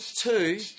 two